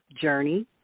journey